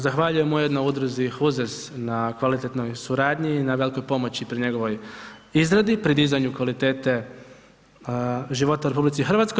Zahvaljujemo jednoj udruzi HUZEZ na kvalitetnoj suradnji i na velikoj pomoći pri njegovoj izradi, pri dizanju kvalitete života u RH.